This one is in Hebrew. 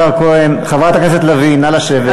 חברת הכנסת לביא, נא לשבת.